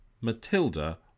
Matilda